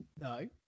No